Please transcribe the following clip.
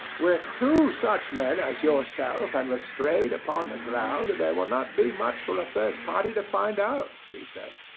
with two such men as yourself and lestrade upon the ground, there will not be much for a third party to find out, he said.